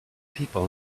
people